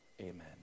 Amen